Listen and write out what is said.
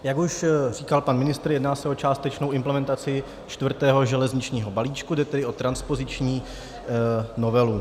Jak už říkal pan ministr, jedná se o částečnou implementaci čtvrtého železničního balíčku, jde tedy o transpoziční novelu.